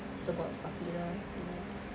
sebab safirah you know